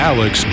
Alex